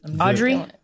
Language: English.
Audrey